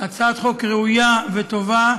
הצעת חוק ראויה וטובה,